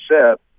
set